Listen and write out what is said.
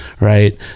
right